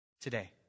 today